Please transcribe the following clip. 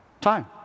Time